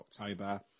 October